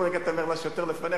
כל רגע אתה אומר לה: שוטר לפניך.